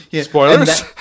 Spoilers